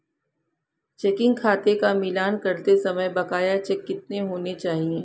Checking खाते का मिलान करते समय बकाया चेक कितने होने चाहिए?